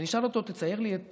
ונבקש ממנו לצייר את הלל,